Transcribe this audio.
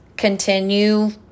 continue